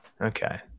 Okay